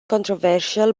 controversial